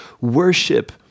worship